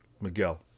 Miguel